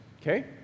okay